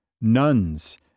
nuns